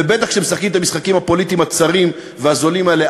ובטח כשמשחקים את המשחקים הפוליטיים הצרים והזולים האלה,